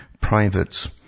private